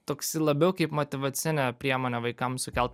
toks labiau kaip motyvacinė priemonė vaikams sukelt